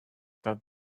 that